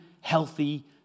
healthy